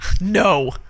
No